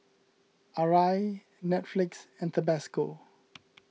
Arai Netflix and Tabasco